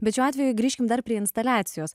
bet šiuo atveju grįžkim dar prie instaliacijos